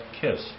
kiss